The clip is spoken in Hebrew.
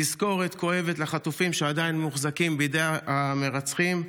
תזכורת כואבת לחטופים שעדיין מוחזקים בידי המרצחים.